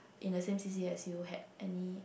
in the same c_c_a as you had any